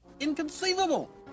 Inconceivable